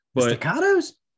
Staccatos